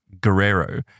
Guerrero